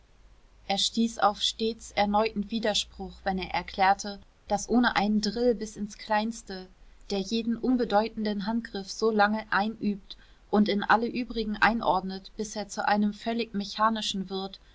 er stieß auf stets erneuten widerspruch wenn er erklärte daß ohne einen drill bis ins kleinste der jeden unbedeutenden handgriff so lange einübt und in alle übrigen einordnet bis er zu einem völlig mechanischen wird